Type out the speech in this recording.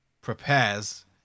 prepares